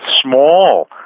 small